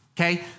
Okay